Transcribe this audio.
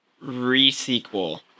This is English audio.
re-sequel